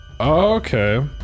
Okay